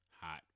hot